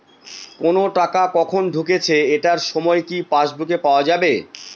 কোনো টাকা কখন ঢুকেছে এটার সময় কি পাসবুকে পাওয়া যাবে?